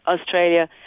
Australia